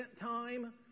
time